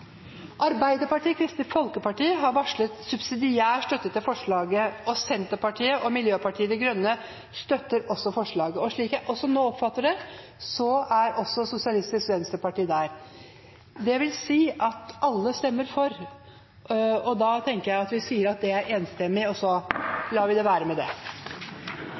Arbeiderpartiet og Kristelig Folkeparti har varslet subsidiær støtte til forslaget. Senterpartiet og Miljøpartiet De Grønne støtter også forslaget. Slik jeg nå oppfatter det, gjelder det også Sosialistisk Venstreparti. Det vil si at alle stemmer for forslaget. Det vil først bli votert over komiteens innstilling til I, § 10-2 Senterpartiet har varslet at de vil stemme imot. Det voteres så